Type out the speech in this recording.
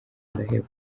ndaheba